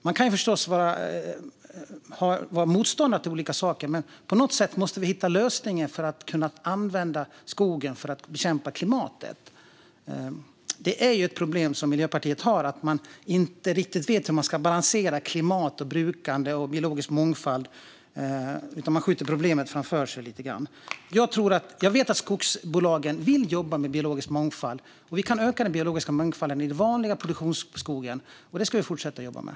Man kan förstås vara motståndare till olika saker, men på något sätt måste vi hitta lösningen för att kunna använda skogen för att bekämpa klimatförändringarna. Det är ett problem som Miljöpartiet har att man inte riktigt vet hur man ska balansera klimat, brukande och biologisk mångfald. Man skjuter lite grann problemet framför sig. Jag vet att skogsbolagen vill jobba med biologisk mångfald, och vi kan öka den biologiska mångfalden i den vanliga produktionsskogen. Det ska vi fortsätta att jobba med.